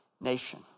nation